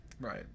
Right